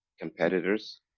competitors